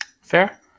Fair